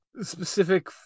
specific